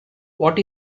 what